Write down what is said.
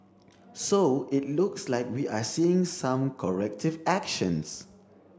so it looks like we are seeing some corrective actions